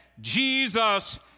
Jesus